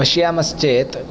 पश्यामश्चेत्